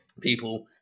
people